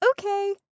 okay